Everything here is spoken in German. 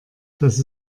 dass